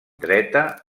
dreta